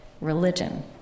religion